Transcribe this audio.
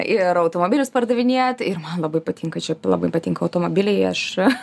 ir automobilius pardavinėt ir man labai patinka čia labai patinka automobiliai aš